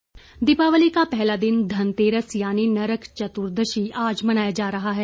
घनतेरस दीपावली का पहला दिन धनतेरस यानी नरक चतुर्दशी आज मनाया जा रहा है